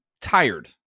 tired